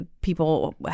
people